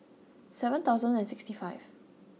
seven thousand and sixty five